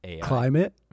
climate